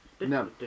No